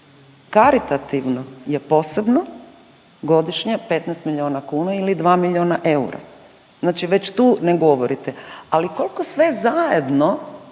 Karitativno je posebno godišnje 15 milijuna kuna ili 2 milijuna eura, znači već tu ne govorite. Ali kolko sve zajedno